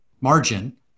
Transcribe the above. margin